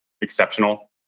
exceptional